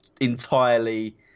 entirely